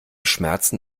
schmerzen